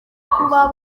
kuba